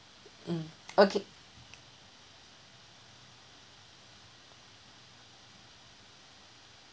mm okay